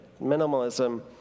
minimalism